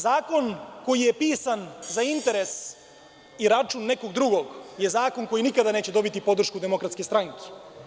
Zakon koji je pisan za interes i račun nekog drugog je zakon koji nikada neće dobiti podršku Demokratske stranke.